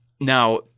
Now